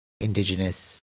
indigenous